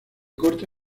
corte